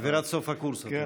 אווירת סוף הקורס, אתה אומר.